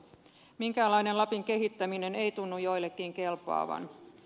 minkäänlainen lapin kehittäminen ei tunnu joillekin kelpaavan